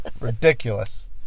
Ridiculous